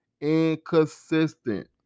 inconsistent